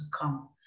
come